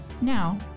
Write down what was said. Now